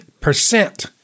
percent